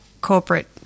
corporate